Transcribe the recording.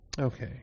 Okay